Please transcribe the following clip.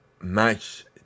match